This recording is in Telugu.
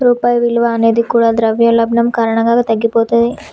రూపాయి విలువ అనేది కూడా ద్రవ్యోల్బణం కారణంగా తగ్గిపోతది